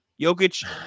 Jokic